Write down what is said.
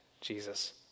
Jesus